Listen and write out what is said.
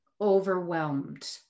overwhelmed